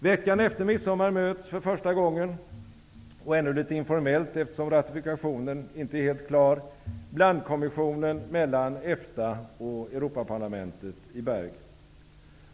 Veckan efter midsommar möts för första gången -- och ännu litet informellt, eftersom ratifikationen inte är helt klar -- Europaparlamentet i Bergen.